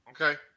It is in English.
Okay